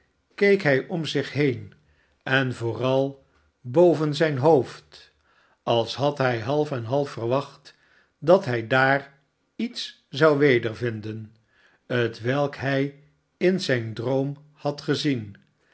keek hij om zich heen en vooral boven zijn hoofd als had hij half en half verwacht dat hij daar iets zou wedervinden t welk hij in zijn droom had gezien